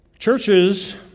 Churches